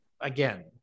again